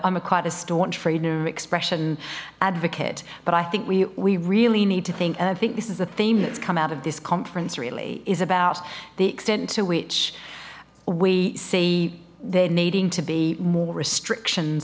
inner expression advocate but i think we we really need to think i think this is a theme that's come out of this conference really is about the extent to which we see there needing to be more restrictions